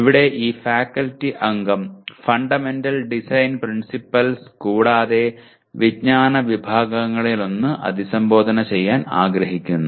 ഇവിടെ ഈ ഫാക്കൽറ്റി അംഗം ഫണ്ടമെന്റൽ ഡിസൈൻ പ്രിൻസിപ്പൽസ് ' കൂടാതെ വിജ്ഞാന വിഭാഗങ്ങളിലൊന്ന് അഭിസംബോധന ചെയ്യാൻ ആഗ്രഹിക്കുന്നു